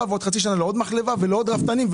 ועוד חצי שנה לעוד מחלבה ולעוד רפתנים.